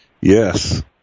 Yes